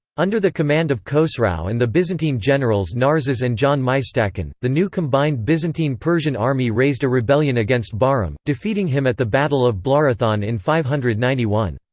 under the command of khosrau and the byzantine generals narses and john mystacon, the new combined byzantine-persian army raised a rebellion against bahram, defeating him at the battle of blarathon in five hundred and ninety one.